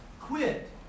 Quit